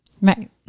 Right